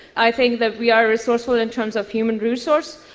i think that we are resourceful in terms of human resources,